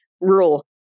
rural